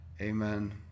Amen